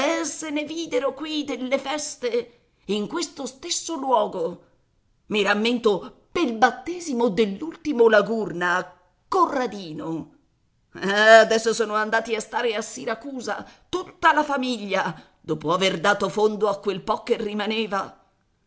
ne videro qui delle feste in questo stesso luogo i rammento pel battesimo dell'ultimo la gurna corradino adesso sono andati a stare a siracusa tutta la famiglia dopo aver dato fondo a quel po che rimaneva